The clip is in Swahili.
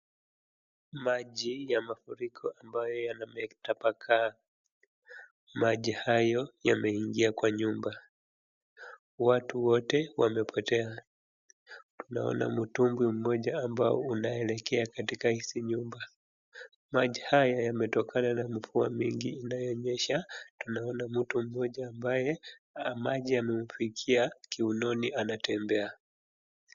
Maji ya mafuriko ambayo yametapakaa, maji hayo yameingia kwa nyumba. Watu wote wamepotea. Naona mtumbwi mmoja ambao unaelekea katika hizi nyumba, maji haya yametokana na mvua mingi unaonyesha, tunaona mtu mmoja ambaye maji yamememfikia kiunoni anatembea.